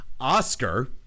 Oscar